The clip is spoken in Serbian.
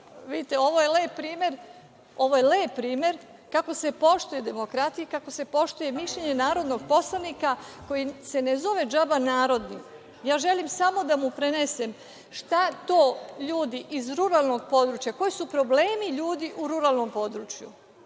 ovo je lep primer kako se poštuje demokratije i kako se poštuje mišljenje narodnog poslanika koji se ne zove džaba narodni. Ja želim samo da mu prenesem šta to ljudi iz ruralnog područja, koji su problemi ljudi u ruralnom području. Vi